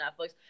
Netflix